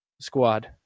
squad